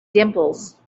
dimples